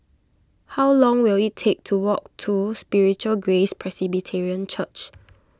how long will it take to walk to Spiritual Grace Presbyterian Church